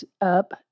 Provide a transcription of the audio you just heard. up